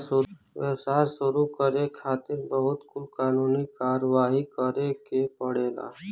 व्यवसाय शुरू करे खातिर बहुत कुल कानूनी कारवाही करे के पड़ेला